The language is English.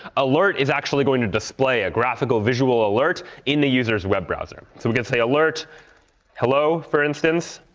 alert is actually going to display a graphical visual alert in the user's web browser. so we can say, alert hello, for instance.